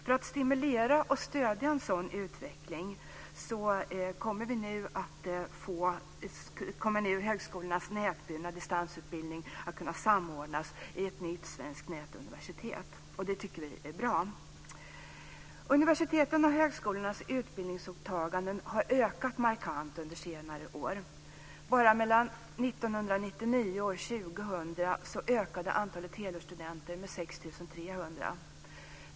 För att stimulera och stödja en sådan utveckling kommer högskolornas nätburna distansutbildning nu att kunna samordnas i ett nytt svenskt nätuniversitet, och det tycker vi är bra. Universitetens och högskolornas utbildningsåtaganden har ökat markant under senare år. Bara mellan 6 300.